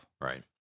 Right